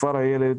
כפר הילד.